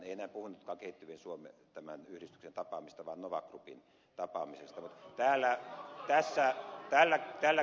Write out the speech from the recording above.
ei enää puhunutkaan tämän yhdistyksen tapaamisesta vaan nova groupin tapaamisesta